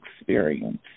experience